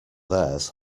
theirs